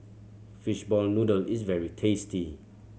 fishball noodle is very tasty